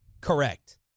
correct